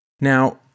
Now